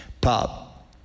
Pop